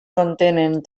contenen